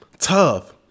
Tough